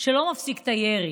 שלא מפסיק את הירי,